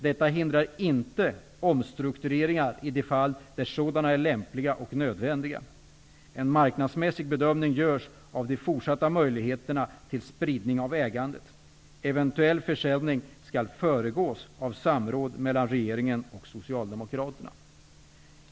Detta hindrar inte omstruktureringar i de fall där sådana är lämpliga och nödvändiga. En marknadsmässig bedömning görs av de fortsatta möjligheterna till spridning av ägandet. Eventuell försäljning skall föregås av samråd mellan regeringen och socialdemokraterna.''